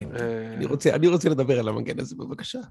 אני רוצה לדבר על המגן הזה, בבקשה.